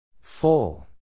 Full